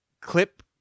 Clip